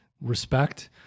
respect